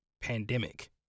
pandemic